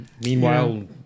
Meanwhile